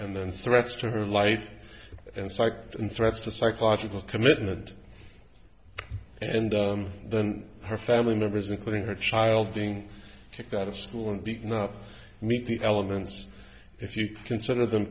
and threats to her life and psyched and threats to psychological commitment and then her family members including her child being kicked out of school and beaten up and meet the elements if you consider them